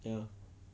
ya